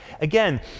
Again